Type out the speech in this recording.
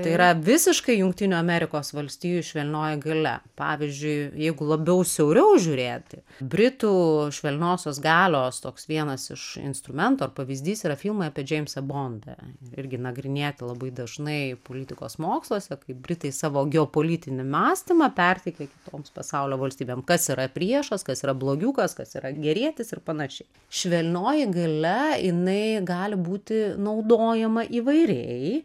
tai yra visiškai jungtinių amerikos valstijų švelnioji galia pavyzdžiui jeigu labiau siauriau žiūrėti britų švelniosios galios toks vienas iš instrumentų ar pavyzdys yra filmai apie džeimsą bondą irgi nagrinėti labai dažnai politikos moksluose kaip britai savo geopolitinį mąstymą perteikti kitoms pasaulio valstybėm kas yra priešas kas yra blogiukas kas yra gerietis ir panašiai švelnioji galia jinai gali būti naudojama įvairiai